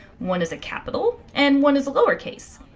one is capital and one is lowercase.